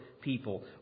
people